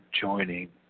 joining